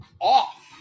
off